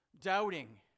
doubting